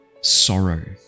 sorrow